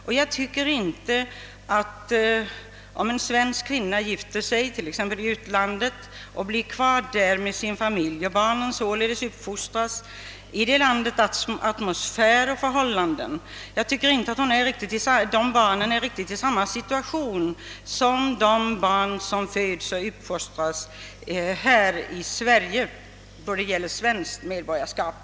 Om en svensk kvinna gifter sig i utlandet och blir kvar där med sin familj, och barnen således uppfostras i detta lands atmosfär och förhållanden, står dessa barn enligt min mening inte riktigt i samma situation som de barn som föds och uppfostras här i Sverige då det gäller svenskt medborgarskap.